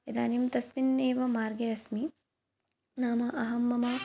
इदानीं तस्मिन्नेव मार्गे अस्मि नाम अहं मम